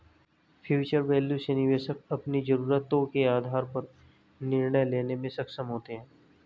future value से निवेशक अपनी जरूरतों के आधार पर निर्णय लेने में सक्षम होते हैं